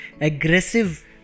aggressive